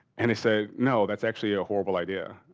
and they said no that's actually a horrible idea.